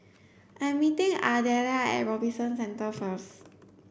I'm meeting Ardelia at Robinson Centre first